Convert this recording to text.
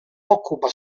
occupa